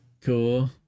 Cool